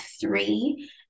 three